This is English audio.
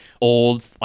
old